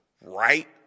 right